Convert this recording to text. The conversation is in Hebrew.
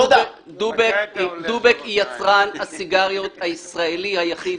דובק היא יצרן הסיגריות הישראלי היחיד.